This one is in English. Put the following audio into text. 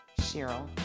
Cheryl